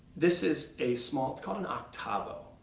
this is a small it's called an octavo.